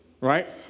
right